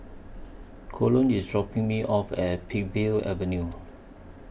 Colon IS dropping Me off At Peakville Avenue